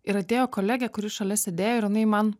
ir atėjo kolegė kuri šalia sėdėjo ir jinai man